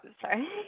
sorry